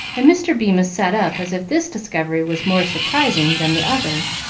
and mr. bemis sat up as if this discovery was more surprising than the other.